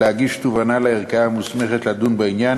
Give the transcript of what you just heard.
להגיש תובענה לערכאה המוסמכת לדון בעניין.